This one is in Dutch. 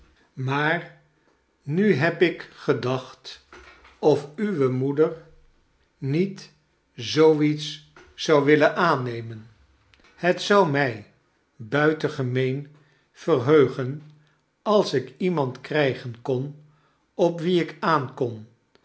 maar nu heb ik gedacht of uwe moeder niet zoo iets zou willen aannemen het zou mij buitengemeen verheugen als ik iemand krijgen kon op wie ik aankon